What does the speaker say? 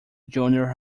junior